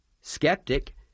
Skeptic